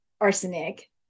arsenic